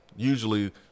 Usually